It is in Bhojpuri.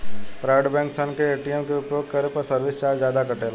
प्राइवेट बैंक सन के ए.टी.एम के उपयोग करे पर सर्विस चार्ज जादा कटेला